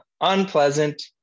unpleasant